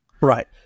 Right